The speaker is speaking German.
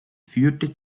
führte